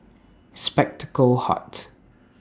Spectacle Hut